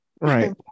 right